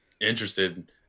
interested